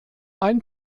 ein